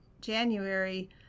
january